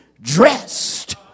dressed